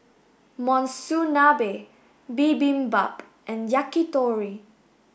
Monsunabe Bibimbap and Yakitori